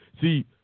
See